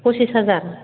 फचिस हाजार